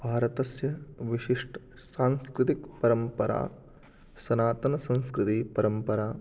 भारतस्य विशिष्टसांस्कृतिकपरम्परा सनातनसंस्कृतिपरम्परा